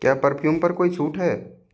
क्या परफ्यूम पर कोई छूट है